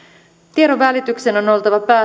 tiedonvälityksen on on oltava